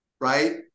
Right